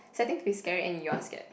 starting to be scary and you are scared